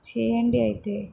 చేయండి అయితే